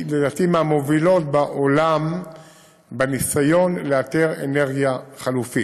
לדעתי היא מהמובילות בעולם בניסיון לאתר אנרגיה חלופית.